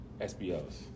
SBOs